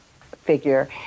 figure